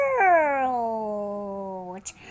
world